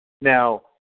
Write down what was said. Now